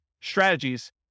strategies